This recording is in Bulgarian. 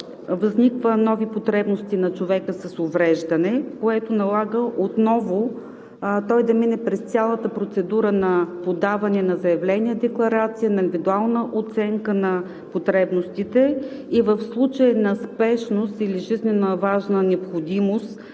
възникват нови потребности на човека с увреждане, което налага отново той да мине през цялата процедура на подаване на заявление-декларация, на индивидуална оценка на потребностите, и в случай на спешност или жизненоважна необходимост